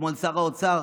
אתמול שר האוצר,